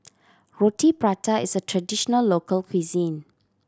Roti Prata is a traditional local cuisine